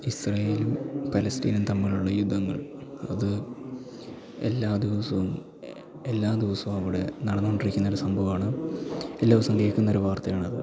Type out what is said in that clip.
ഇസ്രേയ്ലും പലസ്റ്റീനും തമ്മിലുള്ള യുദ്ധങ്ങൾ അത് എല്ലാ ദിവസവും എല്ലാ ദിവസവും അവിടെ നടന്നുകൊണ്ടിരിക്കുന്ന ഒരു സംഭവമാണ് എല്ലാ ദിവസവും കേൾക്കുന്ന ഒരു വാർത്തയാണത്